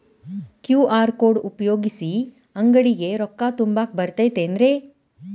QR code ಉಪಯೋಗಿಸಿ, ಅಂಗಡಿಗೆ ರೊಕ್ಕಾ ತುಂಬಾಕ್ ಬರತೈತೇನ್ರೇ?